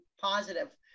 positive